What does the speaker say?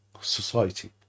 society